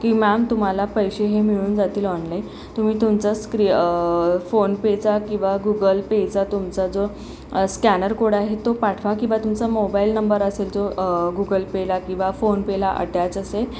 की मॅम तुम्हाला पैसे हे मिळून जातील ऑनलाईन तुम्ही तुमचा स्क्रीन फोन पेचा किंवा गुगल पेचा तुमचा जो स्कॅनर कोड आहे तो पाठवा किंवा तुमचा मोबाईल नंबर असेल जो गुगल पेला किंवा फोन पेला अटॅच असेल